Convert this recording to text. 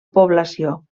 població